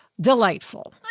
delightful